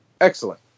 Excellent